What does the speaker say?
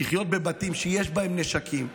לחיות בבתים שיש בהם נשקים,